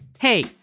Hey